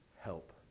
help